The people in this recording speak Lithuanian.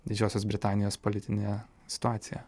didžiosios britanijos politinę situaciją